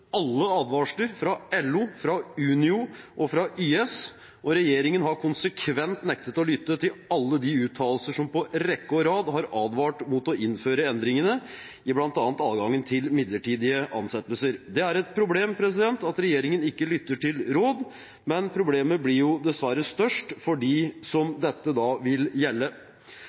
alle advarsler fra LO, fra Unio og fra YS, og regjeringen har konsekvent nektet å lytte til alle de uttalelser som på rekke og rad har advart mot å innføre endringene i bl.a. adgangen til midlertidige ansettelser. Det er et problem at regjeringen ikke lytter til råd, men problemet blir dessverre størst for dem som